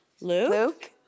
Luke